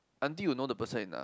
until you know the person enough